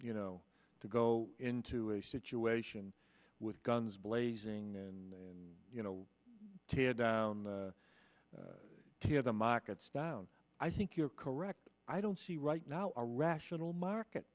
you know to go into a situation with guns blazing and you know tear down tear the markets down i think you're correct i don't see right now a rational market